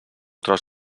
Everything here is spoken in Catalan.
tros